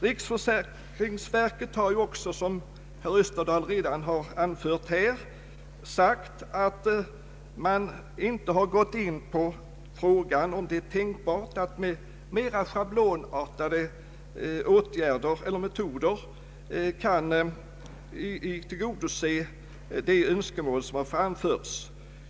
Riksförsäkringsverket har ju också, som herr Österdahl redan har anfört, sagt att man inte har gått in på frågan om det är tänkbart att med mera schablonartade metoder tillgodose de önskemål som har framförts.